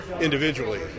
individually